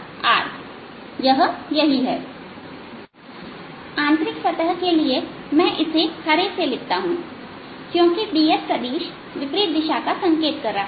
आंतरिक सतह के लिए मैं इसे हरे से लिखता हूं क्योंकि ds सदिश विपरीत दिशा का संकेत कर रहा है